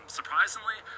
Surprisingly